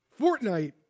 Fortnite